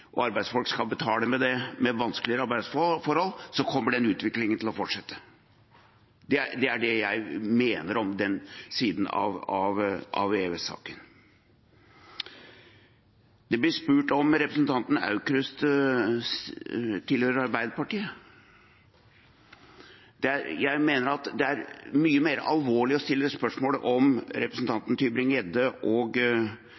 og arbeidsfolk skal betale for det med vanskeligere arbeidsforhold, kommer den utviklingen til å fortsette. Det er det jeg mener om den siden av EØS-saken. Det blir spurt om representanten Aukrust tilhører Arbeiderpartiet. Jeg mener det er mye mer alvorlig å stille spørsmål om